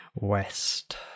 West